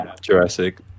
Jurassic